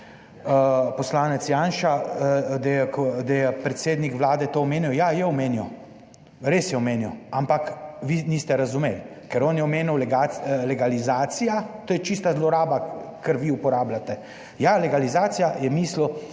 poslanec Janša, da je predsednik Vlade to omenil. Ja, je omenil, res je omenil, ampak vi niste razumeli, ker on je omenil legalizacija. To je čista zloraba, kar vi uporabljate. Ja, legalizacija je mislil